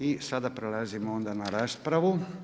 I sad prelazimo onda na raspravu.